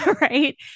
right